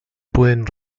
pueden